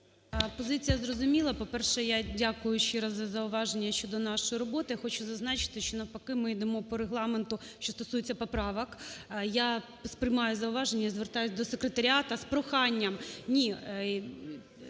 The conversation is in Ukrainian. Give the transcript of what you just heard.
Позиція зрозуміла. По-перше, я дякую щиро за зауваження, щодо нашої роботи. Хочу зазначити, що навпаки, ми йдемо по регламенту, що стосується поправок. Я сприймаю зауваження і звертаюся до секретаріату з проханням. Ні.